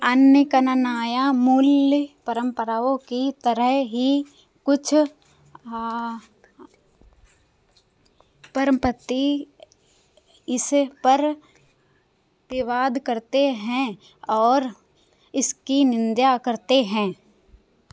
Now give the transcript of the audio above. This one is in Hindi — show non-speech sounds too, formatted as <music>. अन्य कनानाया मूल परम्पराओं की तरह ही कुछ <unintelligible> इस पर विवाद करते हैं और इसकी निन्दा करते हैं